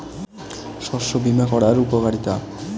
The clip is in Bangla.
শস্য বিমা করার উপকারীতা?